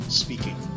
speaking